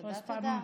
תודה, תודה.